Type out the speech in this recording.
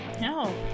No